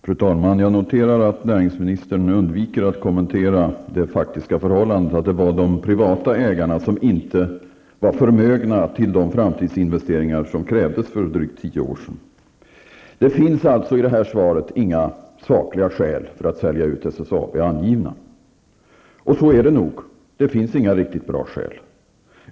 Fru talman! Jag noterar att näringsministern nu undviker att kommentera det faktiska förhållandet att det var de privata ägarna som var oförmögna till de framtidsinvesteringar som krävdes för drygt tio år sedan. I det här svaret finns inga sakliga skäl angivna för att sälja ut SSAB. Så är det nog. Det finns inga riktigt bra skäl.